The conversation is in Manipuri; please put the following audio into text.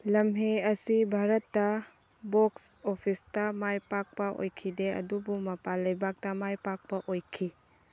ꯂꯝꯍꯦ ꯑꯁꯤ ꯚꯥꯔꯠꯇ ꯕꯣꯛꯁ ꯐꯣꯐꯤꯁꯇ ꯃꯥꯏ ꯄꯥꯛꯄ ꯑꯣꯏꯈꯤꯗꯦ ꯑꯗꯨꯕꯨ ꯃꯄꯥꯟ ꯂꯩꯕꯥꯛꯇ ꯃꯥꯏ ꯄꯥꯛꯄ ꯑꯣꯏꯈꯤ